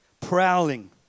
prowling